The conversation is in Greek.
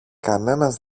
κανένας